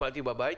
התפללתי בבית.